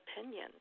opinion